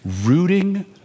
rooting